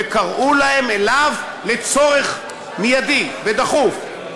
שקראו להם אליו לצורך מיידי ודחוף.